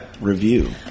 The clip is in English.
Review